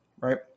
right